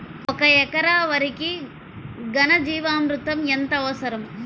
ఒక ఎకరా వరికి ఘన జీవామృతం ఎంత అవసరం?